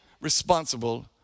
responsible